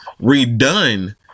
redone